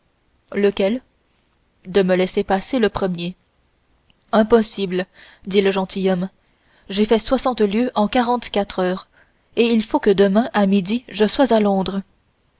lequel de me laisser passer le premier impossible dit le gentilhomme j'ai fait soixante lieues en quarante-quatre heures et il faut que demain à midi je sois à londres